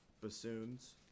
bassoons